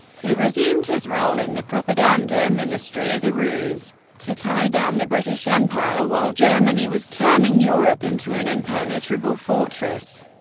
who resumed his role in the propaganda ministry, as a ruse to tie down the british empire while germany was turning europe into an impenetrable fortress,